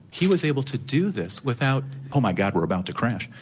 he was able to do this without oh my god, we're about to crash'.